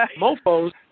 Mofo's